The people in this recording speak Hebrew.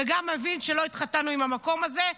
וגם מבין שלא התחתנו עם המקום הזה.